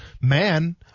man